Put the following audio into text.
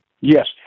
Yes